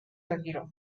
retiró